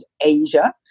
Asia